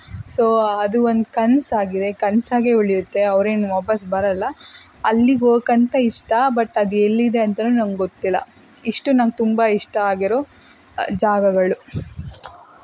so ಅದು ಒಂದು ಕನಸಾಗಿದೆ ಕನಸಾಗೇ ಉಳಿಯುತ್ತೆ ಅವ್ರೇನು ವಾಪಾಸ್ಸು ಬರಲ್ಲ ಅಲ್ಲಿಗೋಗಕೆ ಅಂತ ಇಷ್ಟ ಬಟ್ ಅದು ಎಲ್ಲಿದೆ ಅಂತ ನಂಗೆ ಗೊತ್ತಿಲ್ಲ ಇಷ್ಟು ನನಗ್ ತುಂಬ ಇಷ್ಟ ಆಗಿರೋ ಜಾಗಗಳು